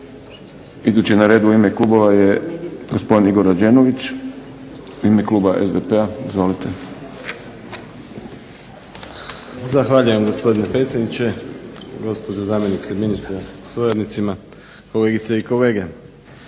Idući na redu u ime klubova je gospodin Igor Rađenović. U ime Kluba SDP-a. Izvolite. **Rađenović, Igor (SDP)** Zahvaljujem gospodine predsjedniče. Gospođo zamjenice ministra sa suradnicima, kolegice i kolege.